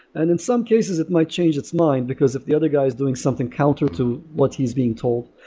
and in some cases, it might change its mind, because if the other guy is doing something counter to what he's being told.